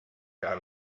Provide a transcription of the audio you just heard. gar